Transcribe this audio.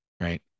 right